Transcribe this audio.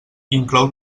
inclou